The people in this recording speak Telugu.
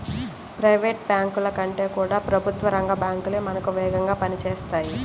ప్రైవేట్ బ్యాంకుల కంటే కూడా ప్రభుత్వ రంగ బ్యాంకు లే మనకు వేగంగా పని చేస్తాయి